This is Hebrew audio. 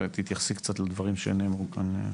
כעת תתייחסי קצת לדברים שנאמרו כאן.